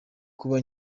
kuba